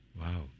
Wow